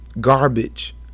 garbage